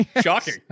Shocking